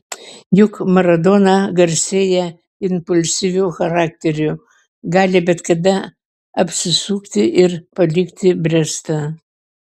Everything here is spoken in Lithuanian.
juk maradona garsėja impulsyviu charakteriu gali bet kada apsisukti ir palikti brestą